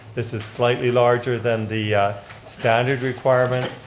this is slightly larger than the standard requirement.